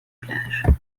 plages